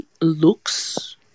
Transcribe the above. looks